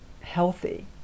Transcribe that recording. healthy